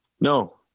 No